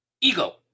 ego